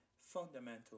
fundamental